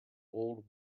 old